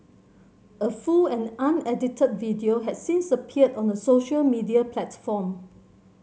a full and unedited video had since appeared on a social media platform